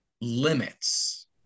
limits